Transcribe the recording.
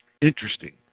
interesting